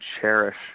cherish